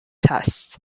tests